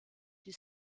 die